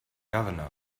governor